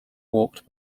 walked